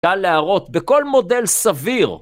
קל להראות בכל מודל סביר.